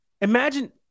imagine